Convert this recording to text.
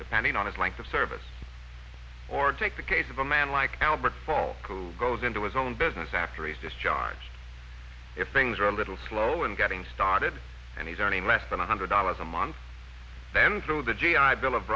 depending on his length of service or take the case of a man like albert hall who goes into his own business after a discharge if things are a little slow in getting started and he's earning less than one hundred dollars a month then through the g i bill of